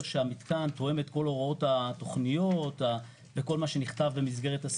שהמתקן תואם את כל הוראות התוכניות וכל מה שנכתב במסגרת הסעיף.